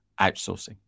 outsourcing